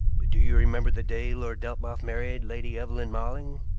but do you remember the day lord delmouth married lady evelyn malling?